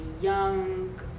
young